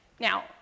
Now